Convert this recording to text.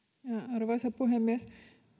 arvoisa puhemies